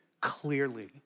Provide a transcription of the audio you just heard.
clearly